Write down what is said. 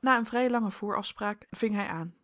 na een vrij lange voorafspraak ving hij aan